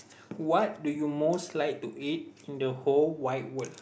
what do you most like to eat in the whole wide world